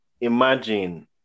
Imagine